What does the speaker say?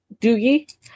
Doogie